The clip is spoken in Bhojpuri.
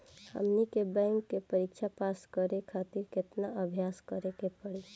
हमनी के बैंक के परीक्षा पास करे खातिर केतना अभ्यास करे के पड़ी?